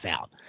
out